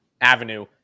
avenue